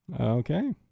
okay